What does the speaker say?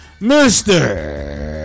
Mr